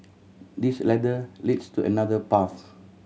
this ladder leads to another path